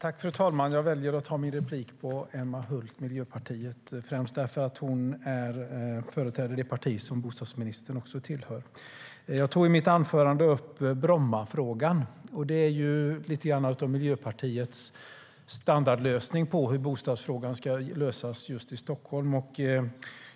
Fru talman! Jag väljer att ta replik på Emma Hult, Miljöpartiet, främst därför att hon företräder det parti som bostadsministern också tillhör. Jag tog i mitt anförande upp Brommafrågan. Den är något av Miljöpartiets standardlösning på hur bostadsfrågan ska lösas i Stockholm.